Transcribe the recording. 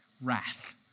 wrath